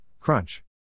Crunch